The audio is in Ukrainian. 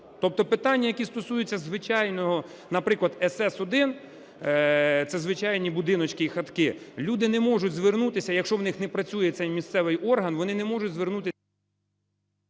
Тобто питання, які стосуються звичайного, наприклад, СС1 (це звичайні будиночки і хатки), люди не можуть звернутися, якщо у них не працює цей місцевий орган, вони не можуть звернутися…